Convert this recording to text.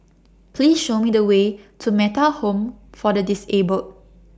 Please Show Me The Way to Metta Home For The Disabled